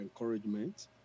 encouragement